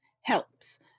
helps